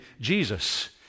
Jesus